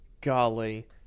Golly